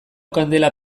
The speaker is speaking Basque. kandela